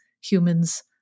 humans